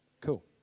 Cool